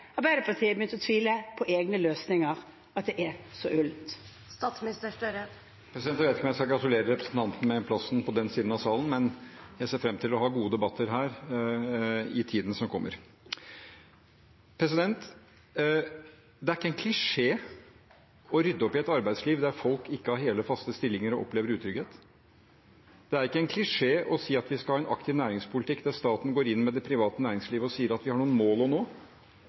er så ullent? Jeg vet ikke om jeg skal gratulere representanten med plassen på den siden av salen, men jeg ser fram til å ha gode debatter her i tiden som kommer. Det er ikke en klisjé å rydde opp i et arbeidsliv der folk ikke har hele, faste stillinger og opplever utrygghet. Det er ikke en klisjé å si at vi skal ha en aktiv næringspolitikk der staten går inn med det private næringsliv og sier at vi har noen mål å nå